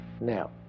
now